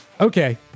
okay